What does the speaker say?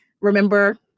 Remember